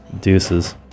deuces